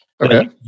Okay